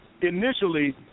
initially